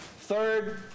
Third